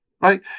right